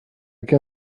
can